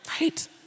right